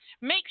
Make